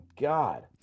God